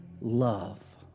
love